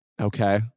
Okay